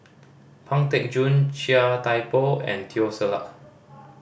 Pang Teck Joon Chia Thye Poh and Teo Ser Luck